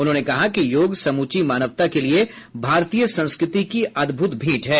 उन्होंने कहा कि योग समूची मानवता के लिए भारतीय संस्कृति की अद्भुत भेंट है